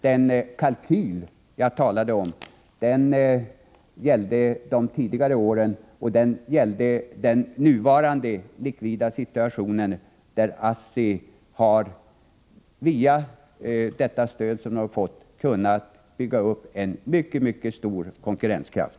Den kalkyl jag talade om gällde de tidigare åren och den nuvarande likvida situationen — ASSI har via det stöd man fått kunnat bygga upp en mycket stor konkurrenskraft.